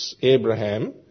Abraham